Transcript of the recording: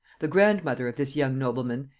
the grandmother of this young nobleman,